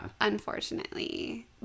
unfortunately